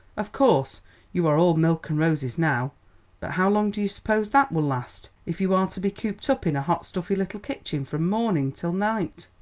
of course you are all milk and roses now but how long do you suppose that will last, if you are to be cooped up in a hot, stuffy little kitchen from morning till night?